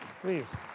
please